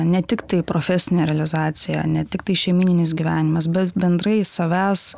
ne tik tai profesinė realizacija ne tiktai šeimyninis gyvenimas bet bendrai savęs